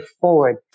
forward